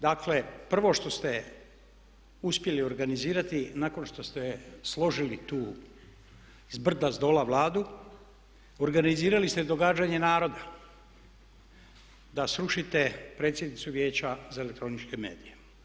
Dakle prvo što ste uspjeli organizirati nakon što ste složili tu s brda s dola Vladu organizirali ste događanje naroda da srušite predsjednicu Vijeća za elektroničke medije.